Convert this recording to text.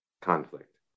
conflict